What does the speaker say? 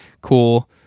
cool